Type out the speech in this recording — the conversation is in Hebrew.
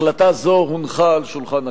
החלטה זו הונחה על שולחן הכנסת.